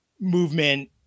movement